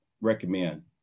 recommend